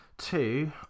two